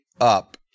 up